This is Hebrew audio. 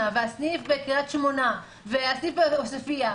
והסניף בקריית שמונה והסניף בעוספייה,